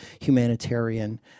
humanitarian